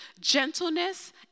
gentleness